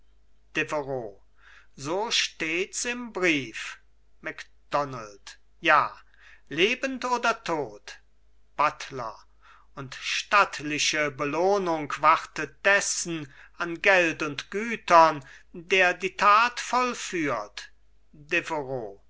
so stehts im brief macdonald ja lebend oder tot buttler und stattliche belohnung wartet dessen an geld und gütern der die tat vollführt